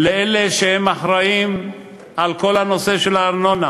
לאלה שאחראים לכל הנושא של הארנונה,